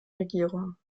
regierung